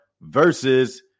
versus